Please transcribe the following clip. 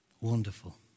Wonderful